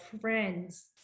friends